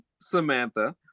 samantha